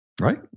right